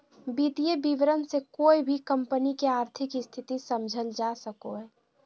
वित्तीय विवरण से कोय भी कम्पनी के आर्थिक स्थिति समझल जा सको हय